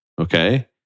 Okay